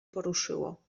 poruszyło